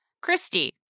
Christy